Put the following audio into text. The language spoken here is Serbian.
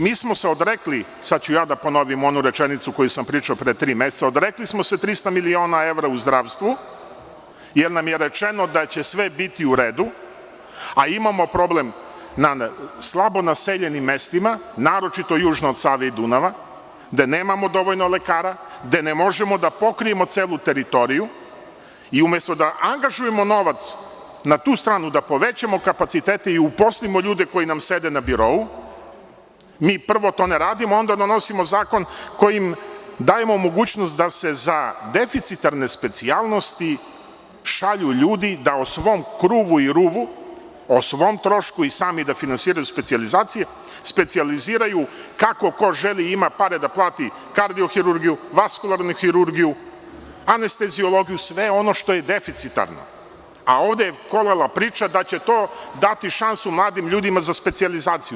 Mi smo se odrekli, sad ću ja da ponovim onu rečenicu koju sam pričao pre tri meseca, odrekli smo se trista miliona evra u zdravstvu, jer nam je rečeno da će sve biti u redu, a imamo problem u slabo naseljenim mestima, naročito južno od Save i Dunava, gde nemamo dovoljno lekara, gde ne možemo da pokrijemo celu teritoriju i umesto da angažujemo novac na tu stranu da povećamo kapacitete i uposlimo ljude koji nam sede na birou, mi prvo to ne radimo, onda donosimo zakon kojim dajemo mogućnost da se za deficitarne specijalnosti šalju ljudi da o svom kruvu i ruvu, o svom trošku i da sami finansiraju specijalizaciju, specijaliziraju kako ko želi i ima pare da plati kardiohirurgiju, vaskularnu hirurgiju, anesteziologiju, sve ono što je deficitarno, a ovde je kolala priča da će to dati šansu mladim ljudima za specijalizaciju.